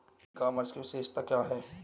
ई commerce की विशेषताएं क्या हैं?